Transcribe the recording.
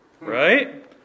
Right